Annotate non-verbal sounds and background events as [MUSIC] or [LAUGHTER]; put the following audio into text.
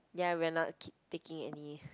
ya we're not [NOISE] taking any